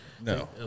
No